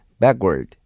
backward